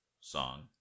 song